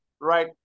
Right